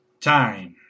time